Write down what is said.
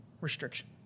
restriction